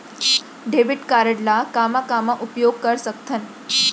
Debit card ला कामा कामा उपयोग कर सकथन?